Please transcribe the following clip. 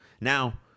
Now